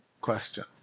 question